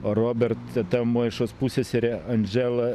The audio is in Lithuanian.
o robert teta moišos puseserė andžela